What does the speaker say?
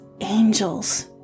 angels